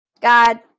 God